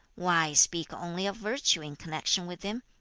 why speak only of virtue in connexion with him?